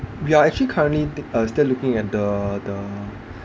we are actually currently ta~ still looking at the the